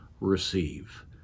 receive